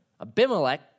Abimelech